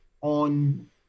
on